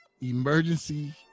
emergency